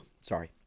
Sorry